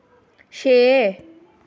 छे